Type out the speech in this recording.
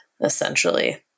essentially